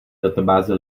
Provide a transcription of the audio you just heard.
databáze